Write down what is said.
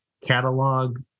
catalog